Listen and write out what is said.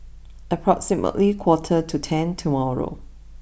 approximately quarter to ten tomorrow